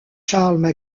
charles